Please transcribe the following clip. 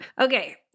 Okay